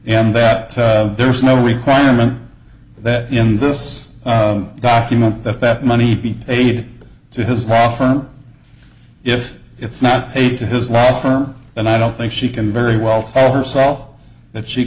and that there is no requirement that in this document that that money be aid to his law firm if it's not paid to his law firm and i don't think she can very well tell herself that she